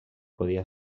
podia